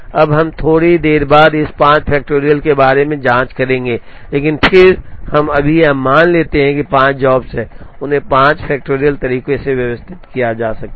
अब हम थोड़ी देर के बाद इस 5 फैक्टरियल के बारे में जाँच करेंगे लेकिन फिर हम अभी यह मान लेते हैं कि 5 जॉब्स हैं और उन्हें 5 फैक्टरियल तरीकों से व्यवस्थित किया जा सकता है